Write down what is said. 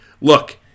look